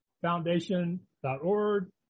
foundation.org